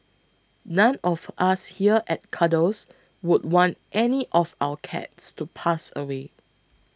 none of us here at Cuddles would want any of our cats to pass away